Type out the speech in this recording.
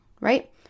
right